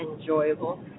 enjoyable